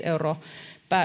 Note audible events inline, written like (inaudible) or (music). (unintelligible) euroa